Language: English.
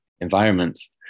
environments